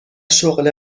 شغل